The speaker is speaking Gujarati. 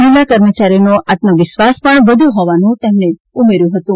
મહિલા કર્મચારીઓનો આત્મવિ શ્વાસ પણ વધ્યો હોવાનું તેમણે ઉમેર્યું હતું